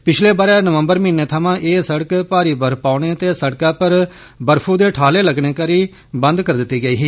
पिछलै बरे नवंबर म्हीनें थमां एह् सड़क भारी बर्फ पौने ते सड़कै पर बर्फू दे ठाले लग्गने करी बंद करी दित्ती गेई ही